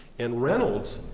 in reynolds,